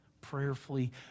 prayerfully